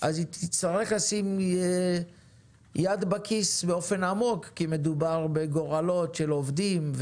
היא תצטרך לשים יד בכיס באופן עמוק כי מדובר בגורלות של עובדים,